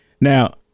Now